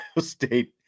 State